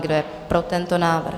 Kdo je pro tento návrh?